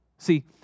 See